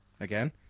again